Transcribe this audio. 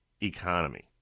economy